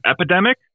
epidemic